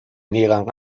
niegan